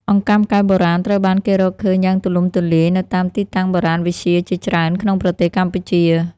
អង្កាំកែវបុរាណត្រូវបានគេរកឃើញយ៉ាងទូលំទូលាយនៅតាមទីតាំងបុរាណវិទ្យាជាច្រើនក្នុងប្រទេសកម្ពុជា។